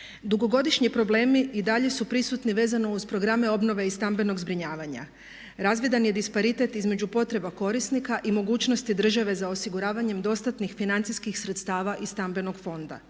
Dugogodišnji problemi i dalje su prisutni vezano uz programe obnove i stambenog zbrinjavanja. Razvidan je disparitet između potreba korisnika i mogućnosti države za osiguravanjem dostatnih financijskih sredstva iz stambenog fonda.